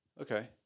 Okay